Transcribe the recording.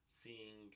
seeing